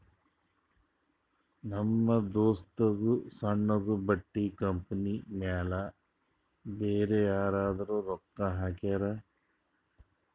ನಮ್ ದೋಸ್ತದೂ ಸಣ್ಣುದು ಬಟ್ಟಿ ಕಂಪನಿ ಮ್ಯಾಲ ಬ್ಯಾರೆದವ್ರು ರೊಕ್ಕಾ ಹಾಕ್ಯಾರ್